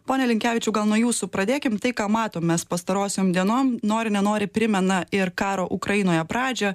pone linkevičiau gal nuo jūsų pradėkim tai ką matom mes pastarosiom dienom nori nenori primena ir karo ukrainoje pradžią